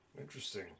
Interesting